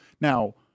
now